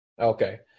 Okay